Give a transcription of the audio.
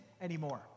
anymore